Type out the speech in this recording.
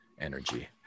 energy